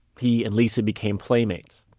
he and lisa became playmates.